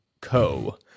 Co